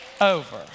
over